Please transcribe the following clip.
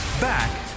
Back